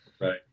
Right